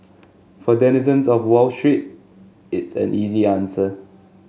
for denizens of Wall Street it's an easy answer